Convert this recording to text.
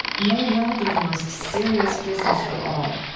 may well be the most serious business of all.